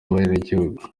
abenegihugu